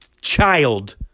child